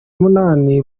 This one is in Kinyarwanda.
munani